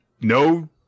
no